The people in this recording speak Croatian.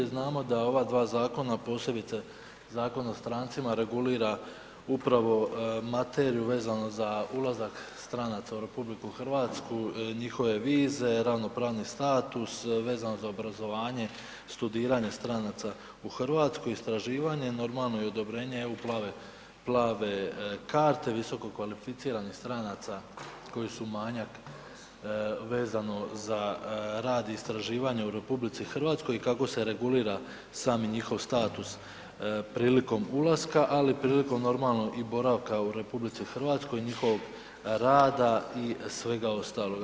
Znamo da ova dva zakona, posebice Zakon o strancima regulira upravo materiju vezano za ulazak stranaca u RH, njihove vize, ravnopravni status vezano za obrazovanje i studiranje stranaca u RH, istraživanje, normalno i odobrenje EU plave, plave karte visokokvalificiranih stranaca koji su manjak vezano za rad i istraživanje u RH i kako se regulira sami njihov status prilikom ulaska, ali i prilikom normalno i boravka u RH i njihovog rada i svega ostaloga.